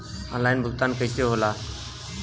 Online भुगतान कईसे होला?